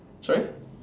sorry